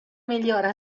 migliore